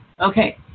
Okay